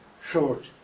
short